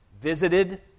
visited